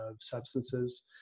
substances